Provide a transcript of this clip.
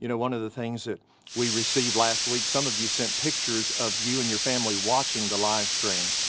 you know one of the things that we received last week, some of you sent pictures of you and your family watching the live stream.